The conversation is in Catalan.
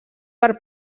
per